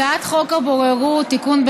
הצעת חוק הבוררות (תיקון,